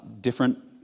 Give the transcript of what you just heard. different